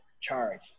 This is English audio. charge